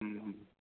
ഉം ഉം